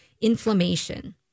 inflammation